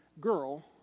girl